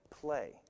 play